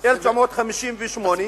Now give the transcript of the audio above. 1958,